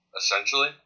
essentially